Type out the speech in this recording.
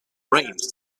brains